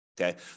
Okay